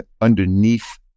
underneath